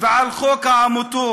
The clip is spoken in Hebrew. ועל חוק העמותות.